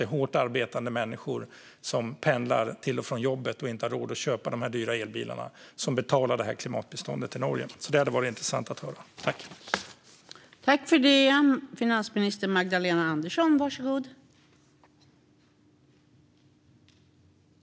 Det är hårt arbetande människor, som pendlar till och från jobbet och som inte har råd att köpa dyra elbilar, som betalar detta klimatbistånd till Norge. Det hade varit intressant att höra ministerns syn på detta.